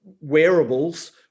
wearables